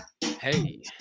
Hey